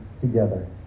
together